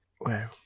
wow